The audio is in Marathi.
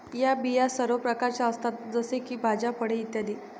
या बिया सर्व प्रकारच्या असतात जसे की भाज्या, फळे इ